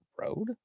road